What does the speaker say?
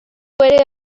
ere